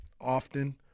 often